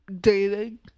dating